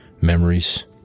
memories